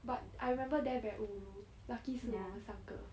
but I remember there very ulu lucky 是我们三个